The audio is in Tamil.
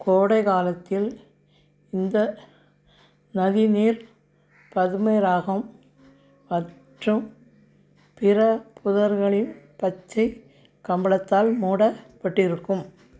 கோடை காலத்தில் இந்த நதி நீர் பதுமராகம் மற்றும் பிற புதர்களின் பச்சை கம்பளத்தால் மூட பட்டிருக்கும்